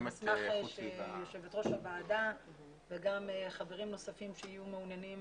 יושבת ראש הוועדה וגם חברים נוספים שיהיו מעוניינים